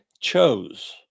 chose